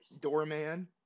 Doorman